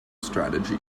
strategy